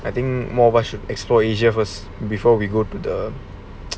I think more of us should explore asia first before we go to the